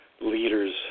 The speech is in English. leaders